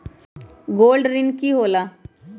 Gold ऋण की होला?